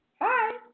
Hi